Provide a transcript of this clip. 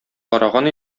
караган